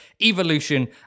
Evolution